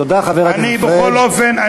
בכל אופן,